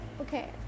okay